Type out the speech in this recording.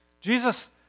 Jesus